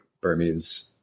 Burmese